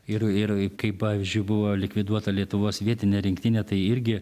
ir ir kaip pavyzdžiui buvo likviduota lietuvos vietinė rinktinė tai irgi